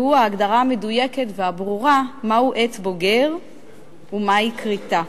והוא ההגדרה המדויקת והברורה מהו עץ בוגר ומהי כריתה.